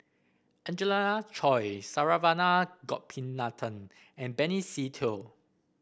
Angelina Choy Saravanan Gopinathan and Benny Se Teo